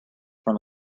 from